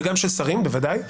גם של שרים, בוודאי.